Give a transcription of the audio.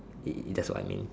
it that's what I mean